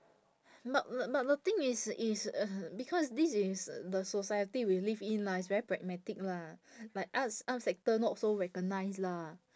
but but the thing is is uh because this is the society we live in lah it's very pragmatic lah like arts arts sector not so recognise lah